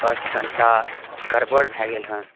बस कनिटा गड़बड़ भऽ गेल हँ